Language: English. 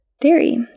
dairy